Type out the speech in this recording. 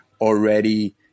already